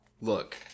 look